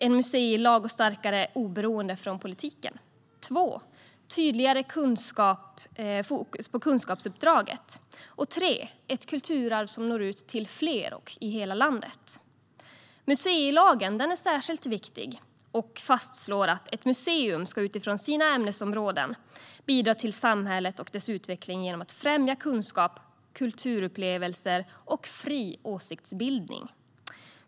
en museilag och starkare oberoende från politiken tydligare fokus på kunskapsuppdraget ett kulturarv som når ut till fler och i hela landet. Museilagen är särskilt viktig och fastslår: "Ett museum ska utifrån sitt ämnesområde bidra till samhället och dess utveckling genom att främja kunskap, kulturupplevelser och fri åsiktsbildning."